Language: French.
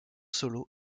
solo